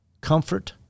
comfort